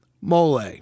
Mole